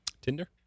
Tinder